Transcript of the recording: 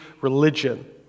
religion